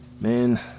Man